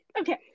okay